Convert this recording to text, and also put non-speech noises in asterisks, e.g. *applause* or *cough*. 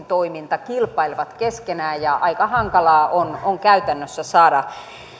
*unintelligible* toiminta kilpailevat keskenään ja aika hankalaa on on käytännössä saada